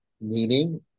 meaning